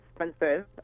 expensive